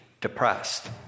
depressed